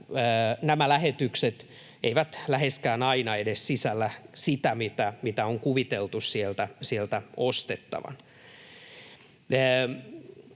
nämä lähetykset eivät läheskään aina edes sisällä sitä, mitä on kuviteltu sieltä ostettavan.